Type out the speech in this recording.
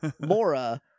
Mora